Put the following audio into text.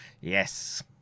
Yes